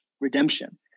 redemption